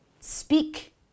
speak